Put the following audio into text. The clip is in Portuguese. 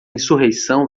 insurreição